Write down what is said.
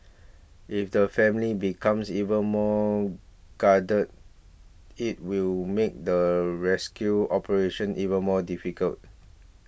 if the family becomes even more guarded it will make the rescue operation even more difficult